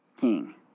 king